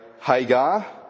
Hagar